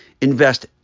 invest